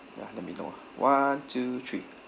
ya let me know ah one two three